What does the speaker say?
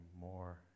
more